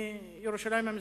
מירושלים המזרחית.